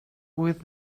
with